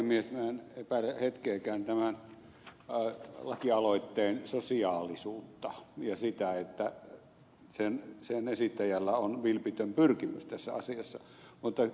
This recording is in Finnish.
minä en epäile hetkeäkään tämän lakialoitteen sosiaalisuutta ja sitä että sen esittäjällä on vilpitön pyrkimys tässä asiassa